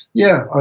yeah, ah